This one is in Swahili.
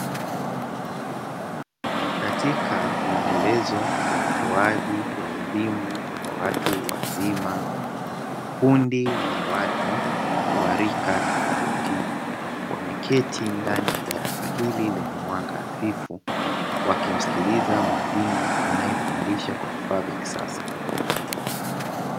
Katika muendelezo wa utoaji wa elimu kwa watu wazima, kundi la watu wa rika tofauti wameketi ndani ya darasa hili lenye mwanga hafifu, wakimsikiliza mwalimu anayefundisha kwa vifaa vya kisasa.